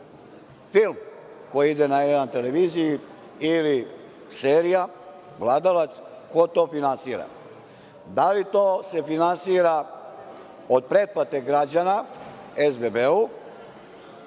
film koji ide na N1 televiziji ili serija „Vladalac“? Ko to finansira? Da li se to finansira od pretplate građana SBB-u